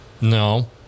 no